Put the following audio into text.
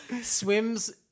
Swims